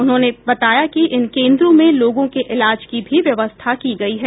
उन्होंने बताया कि इन केन्द्रों में लोगों के इलाज की भी व्यवस्था की गयी है